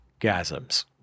Gasms